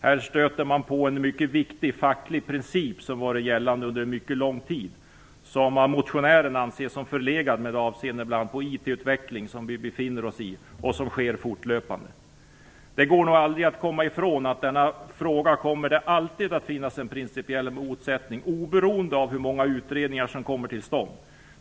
Här stöter man på en mycket viktig facklig princip, som varit gällande under en mycket lång tid och som av motionären anses som förlegad med avseende på bl.a. den IT-utveckling som vi befinner oss i och som sker fortlöpande. Det går nog aldrig att komma ifrån att det alltid i denna fråga kommer att finnas en principiell motsättning, oberoende av hur många utredningar som tillsätts.